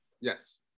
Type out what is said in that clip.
Yes